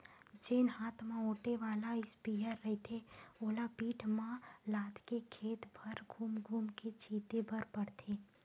जेन हात म ओटे वाला इस्पेयर रहिथे ओला पीठ म लादके खेत भर धूम धूम के छिते बर परथे